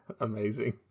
Amazing